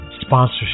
sponsorship